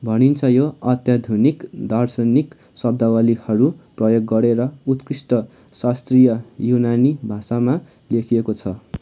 भनिन्छ यो अत्याधुनिक दार्शनिक शब्दावलीहरू प्रयोग गरेर उत्कृष्ट शास्त्रीय युनानी भाषामा लेखिएको छ